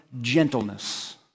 gentleness